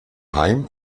heim